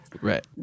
Right